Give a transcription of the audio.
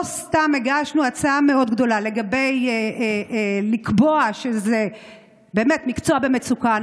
לא סתם הגשנו הצעה מאוד גדולה לקבוע שזה מקצוע במצוקה.